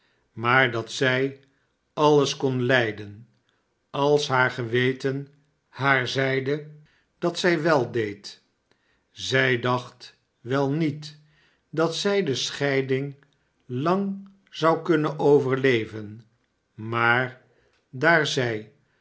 maar dat zij alles kon lijden als haar geweten haar zeide dat zij wel deed zij dacht wel niet dat zij de scheiding lang zou kunnen overleven maar daar zij